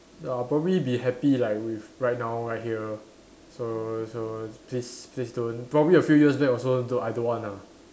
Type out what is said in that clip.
I'll probably be happy like with right now right here so so please please don't probably a few years back also don't I don't want ah